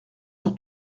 sur